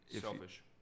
Selfish